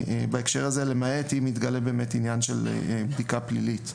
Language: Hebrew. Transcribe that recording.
למעט אם יתגלה עניין של בדיקה פלילית.